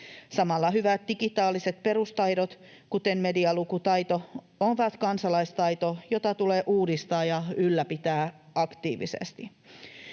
Samalla hyvät digitaaliset perustaidot, kuten medialukutaito, ovat kansalaistaito, jota tulee uudistaa ja ylläpitää aktiivisesti.